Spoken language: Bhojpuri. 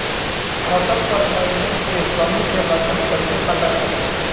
फसल पर मैगनीज के कमी के लक्षण कईसे पता चली?